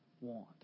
want